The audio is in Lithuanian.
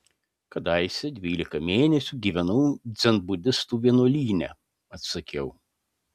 kadaise dvylika mėnesių gyvenau dzenbudistų vienuolyne atsakiau